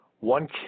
one